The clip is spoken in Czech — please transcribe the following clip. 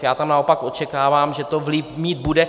Já tam naopak očekávám, že to vliv mít bude.